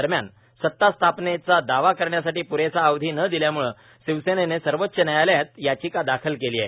दरम्यान सत्तास्थापनेचा दावा करण्यासाठी पुरेसा अवधी न दिल्यामुळे शिवसेने सर्वोच्च न्यायालयात याचिका दाखल केली आहे